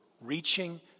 Reaching